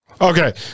Okay